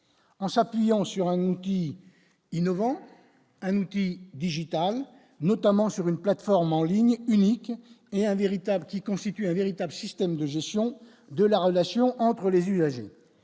en s'appuyant sur un outil innovant, un outil digital, notamment sur une plateforme en ligne unique et un véritable qui constitue un véritable système de gestion de la relation entre les usagers,